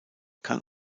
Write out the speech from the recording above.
kann